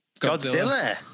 Godzilla